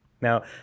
Now